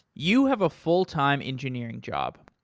you have a full time engineering job.